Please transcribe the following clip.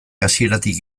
hasieratik